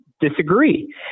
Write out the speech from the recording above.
disagree